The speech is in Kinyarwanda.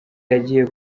yagiye